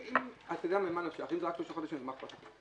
אם זה רק 3 חודשים, אז מה אכפת לך?